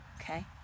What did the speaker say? Okay